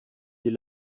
des